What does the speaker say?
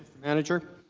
manager